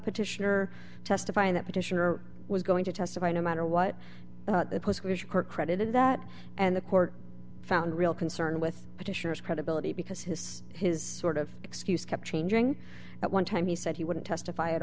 petitioner testifying that petitioner was going to testify no matter what the court credited that and the court found real concern with petitioners credibility because his his sort of excuse kept changing at one time he said he wouldn't testify at